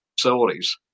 facilities